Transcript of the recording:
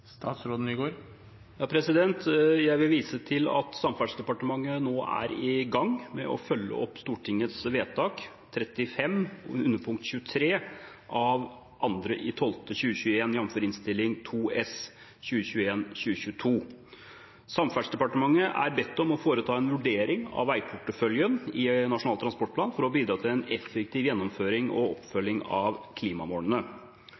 Jeg vil vise til at Samferdselsdepartementet nå er i gang med å følge opp Stortingets vedtak 35, underpunkt 23, av 2. desember 2021, jf. Innst. 2 S for 2021–2022. Samferdselsdepartementet er bedt om å foreta en vurdering av veiporteføljen i Nasjonal transportplan for å bidra til en effektiv gjennomføring og